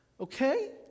Okay